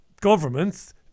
governments